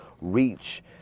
reach